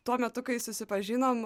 tuo metu kai susipažinom